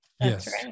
Yes